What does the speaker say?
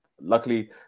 luckily